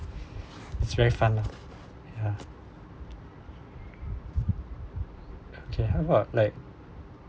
it's very fun lah ya how about like